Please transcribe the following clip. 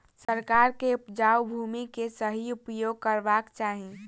सरकार के उपजाऊ भूमि के सही उपयोग करवाक चाही